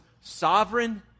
sovereign